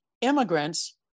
immigrants